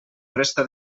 resta